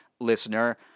listener